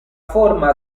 forma